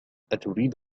أتريد